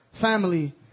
family